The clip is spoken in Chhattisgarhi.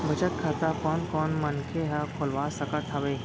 बचत खाता कोन कोन मनखे ह खोलवा सकत हवे?